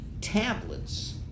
tablets